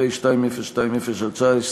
פ/2020/19,